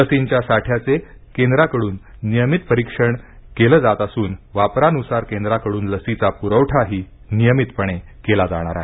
लसींच्या साठ्याचे केंद्राकडून नियमित निरीक्षण केलं जात असूनवापरानुसार केंद्राकडून लसीचा पुरवठाही नियमितपणे केला जाणार आहे